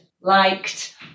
liked